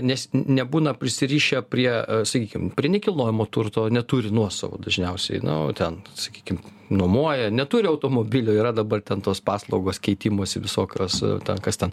nes nebūna prisirišę prie sakykim prie nekilnojamo turto neturi nuosavo dažniausiai nu ten sakykime nuomoja neturi automobilio yra dabar ten tos paslaugos keitimosi visokios ten kas ten